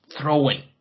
throwing